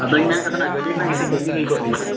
ᱟᱫᱚᱧ ᱢᱮᱱᱮᱫ ᱠᱟᱱ ᱛᱟᱦᱮᱱᱟ ᱜᱟᱹᱰᱤ ᱨᱮᱱᱟᱜ ᱠᱤᱪᱷᱩ ᱠᱟᱹᱢᱤ ᱦᱩᱭᱠᱚᱜ ᱛᱤᱧᱟ